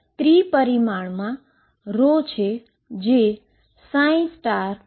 ત્રી ડાઈમેન્શનમાં છે